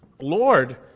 Lord